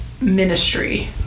ministry